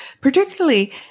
particularly